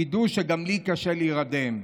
תדעו שגם לי קשה להירדם.